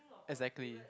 exactly